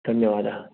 धन्यवादः